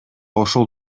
ошол